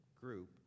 group